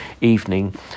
evening